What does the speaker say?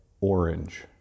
orange